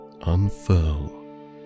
unfurl